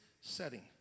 setting